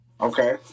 Okay